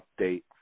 update